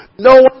No